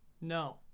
No